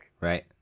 Right